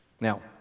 Now